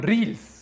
Reels